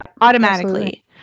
automatically